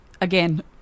again